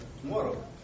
tomorrow